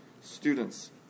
students